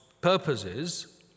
purposes